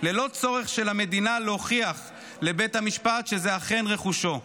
ללא צורך של המדינה להוכיח לבית המשפט שזה אכן רכושו.